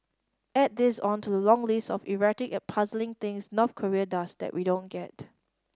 add this on to the long list of erratic and puzzling things North Korea does that we don't get